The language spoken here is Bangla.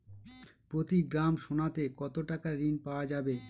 প্রতি গ্রাম সোনাতে কত টাকা ঋণ পাওয়া যাবে?